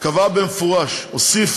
קבע במפורש, הוסיף